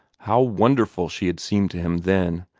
how wonderful she had seemed to him then!